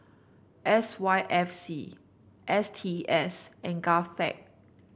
S Y F C S T S and Govtech